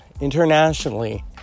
internationally